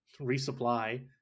resupply